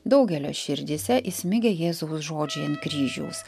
daugelio širdyse įsmigę jėzaus žodžiai ant kryžiaus